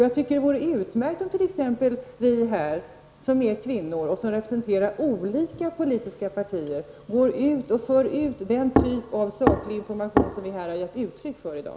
Jag tycker att det vore utmärkt om t.ex. vi kvinnor här i riksdagen som representerar olika politiska partier går ut och för ut den typ av saklig information som vi har gett uttryck för i dag.